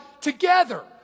together